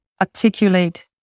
articulate